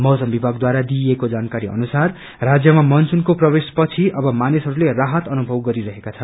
मौसम विभागद्वारा ऐको ाजानकारी अनुसार राज्यमा मानसूनको प्रवेशपछि अब र मानिसहरूले राहत अनुभव गरिरहेका छन्